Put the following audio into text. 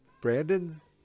Brandon's